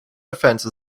defense